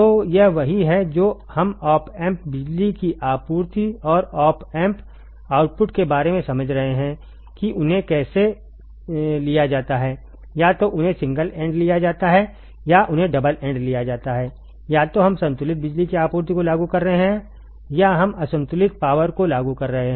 तो यह वही है जो हम ऑप एम्प बिजली की आपूर्ति और ऑप एम्प आउटपुट के बारे में समझ रहे हैं कि उन्हें कैसे लिया जाता है या तो उन्हें सिंगल एंड लिया जाता है या उन्हें डबल एंड लिया जाता है या तो हम संतुलित बिजली की आपूर्ति को लागू कर रहे हैं या हम असंतुलित पावर को लागू कर रहे हैं